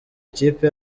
ikipe